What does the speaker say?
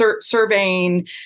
surveying